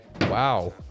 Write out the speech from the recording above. wow